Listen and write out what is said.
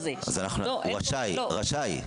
לא, אין פה --- הוא רשאי, רשאי.